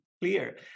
clear